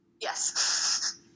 Yes